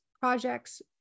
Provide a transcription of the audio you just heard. projects